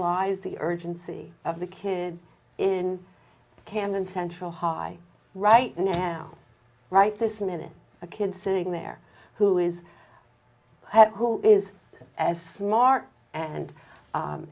belies the urgency of the kid in camden central high right now right this minute a kid sitting there who is who is as smart and